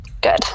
Good